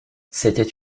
c’était